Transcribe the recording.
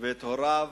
ואת הוריו